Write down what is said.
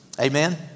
Amen